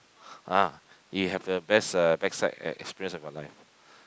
ah you have the best uh backside experience of your life